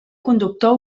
conductor